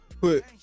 put